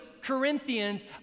Corinthians